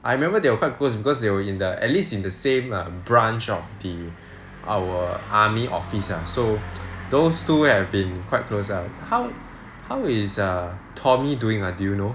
I remember they were quite close because they were in the at least in the same branch of the our army office ah so those two have been quite close ah how how is err tommy doing ah do you know